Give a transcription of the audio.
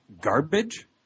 garbage